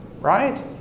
Right